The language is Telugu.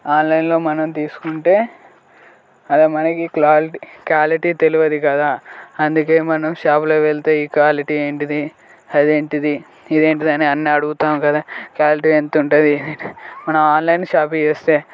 ఆన్లైన్లో మనం తీసుకుంటే అది మనకి క్లాలిటీ క్వాలిటీ తెలవదు కదా అందుకే మనం షాపులో వెల్తే క్వాలిటీ ఏంటిది అది ఏంటిది ఇది ఏంటిది అని అన్నీ అడుగుతాం కదా క్వాలిటీ ఎంతుంటది మనం ఆన్లైన్ షాపింగ్ చేస్తే